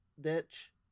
Ditch